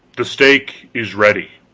the stake is ready.